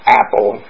apple